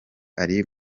ari